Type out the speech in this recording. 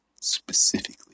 specifically